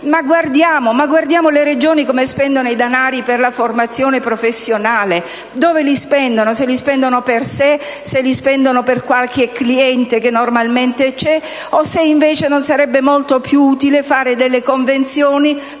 Guardiamo le Regioni: come spendono i denari per la formazione professionale? Dove li spendono? Li spendono per sé o per qualche cliente, che normalmente c'è? E allora, non sarebbe molto più utile fare delle convenzioni